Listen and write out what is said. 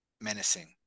Menacing